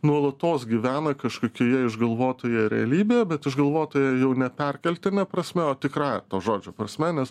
nuolatos gyvena kažkokioje išgalvotoje realybėje bet išgalvotoje jau ne perkeltine prasme o tikrąja to žodžio prasme nes